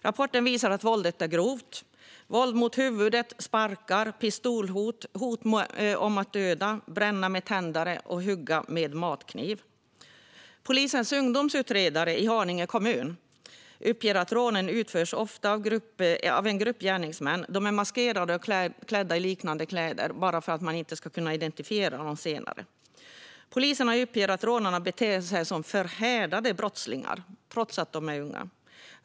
Rapporten visar att våldet är grovt - våld mot huvudet, sparkar, pistolhot och hot om att döda, bränna med tändare och hugga med matkniv. Polisens ungdomsutredare i Haninge kommun uppger att rånen ofta utförs av en grupp gärningsmän. De är maskerade och klädda i liknande kläder för att man inte ska kunna identifiera dem senare. Poliserna uppger att rånarna beter sig som förhärdade brottslingar trots att de är unga.